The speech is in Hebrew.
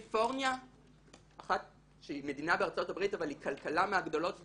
בקליפורניה שהיא מדינה בארצות הברית אבל היא כלכלה מהגדולות בעולם,